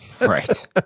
Right